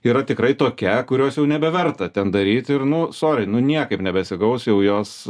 yra tikrai tokia kurios jau nebeverta ten daryti ir nuo sori nu niekaip nebesigaus jau jos